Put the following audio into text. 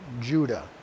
Judah